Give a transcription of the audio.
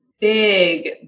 big